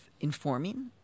informing